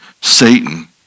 Satan